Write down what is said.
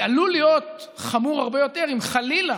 זה עלול להיות חמור הרבה יותר אם חלילה